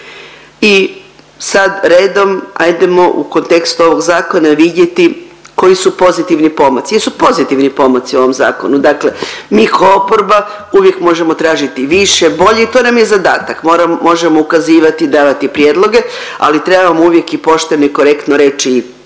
I sad redom ajdemo u kontekstu ovog zakona vidjeti koji su pozitivni pomaci, jesu pozitivni pomaci u ovom zakonu. Dakle, mi ko oporba uvijek možemo tražiti više, bolje i to nam je zadatak. Moramo, možemo ukazivati i davati prijedloge, ali trebamo uvijek i pošteno i korektno reći bez